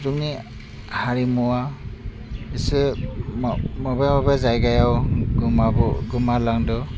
जोंनि हारिमुवा इसे मा माबा माबा जायगायाव गोमाबो गोमालांदों